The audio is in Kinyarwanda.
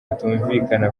batumvikana